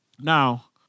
Now